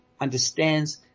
understands